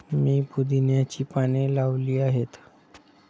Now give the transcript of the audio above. मी पुदिन्याची पाने लावली आहेत